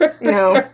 No